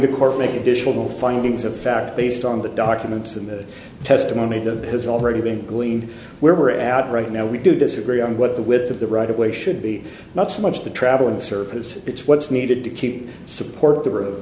the court make additional findings of fact based on the documents and the testimony that has already been gleaned where we're at right now we do disagree on what the width of the right of way should be not so much the travelling circus it's what's needed to keep support the